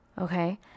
Okay